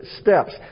steps